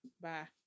Bye